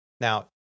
Now